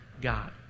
God